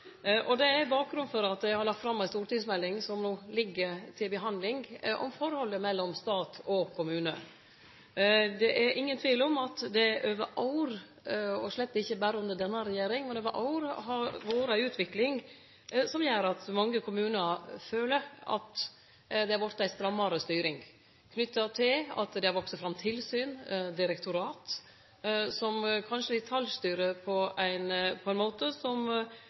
Det er bakgrunnen for at eg har lagt fram ei stortingsmelding som no ligg til behandling, om forholdet mellom stat og kommune. Det er ingen tvil om at det over år – og slett ikkje berre under denne regjeringa, men over år – har vore ei utvikling som gjer at mange kommunar føler at det har vorte ei strammare styring knytt til at det har vakse fram tilsyn og direktorat som kanskje detaljstyrer på ein måte som